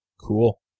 cool